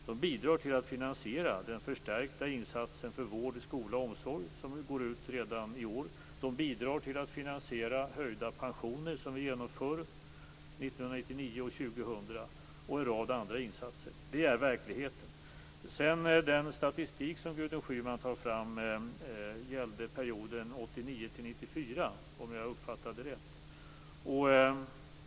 De bidrar till att finansiera den förstärkta insats för vård, skola och omsorg som görs redan i år. De bidrar också till att finansiera en höjning av pensionerna som vi genomför 1999 och 2000 och även en rad andra insatser. Detta är verkligheten. Den statistik som Gudrun Schyman tog fram gällde, om jag uppfattade rätt, perioden 1989-1994.